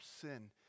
sin